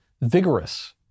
vigorous